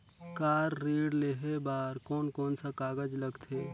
Car ऋण लेहे बार कोन कोन सा कागज़ लगथे?